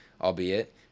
albeit